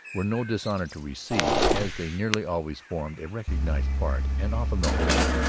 were no dishonour to receive, as they nearly always formed a recognized part, and often the whole,